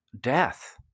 death